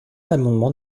l’amendement